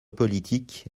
politique